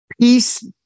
peace